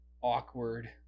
awkward